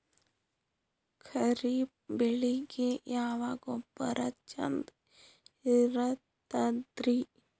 ಖರೀಪ್ ಬೇಳಿಗೆ ಯಾವ ಗೊಬ್ಬರ ಚಂದ್ ಇರತದ್ರಿ?